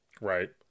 Right